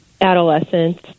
adolescents